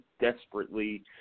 desperately